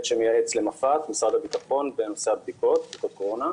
שמייעץ למפא"ת משרד הביטחון בנושא הבדיקות בקורונה.